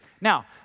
Now